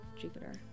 Jupiter